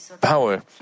power